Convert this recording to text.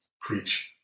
Preach